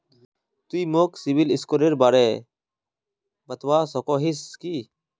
तुई मोक सिबिल स्कोरेर बारे बतवा सकोहिस कि?